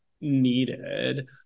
needed